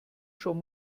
schon